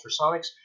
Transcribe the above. ultrasonics